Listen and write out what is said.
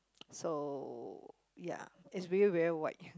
so ya is really very wide